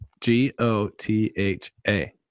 G-O-T-H-A